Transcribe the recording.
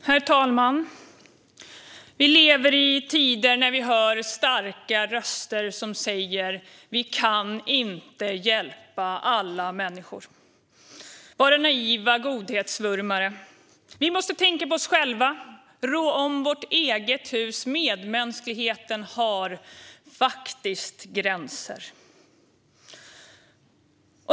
Herr talman! Vi lever i tider när vi hör starka röster som säger: Vi kan inte hjälpa alla människor och vara naiva godhetsvurmare. Vi måste tänka på oss själva, rå om vårt eget hus - medmänskligheten har faktiskt gränser!